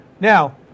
now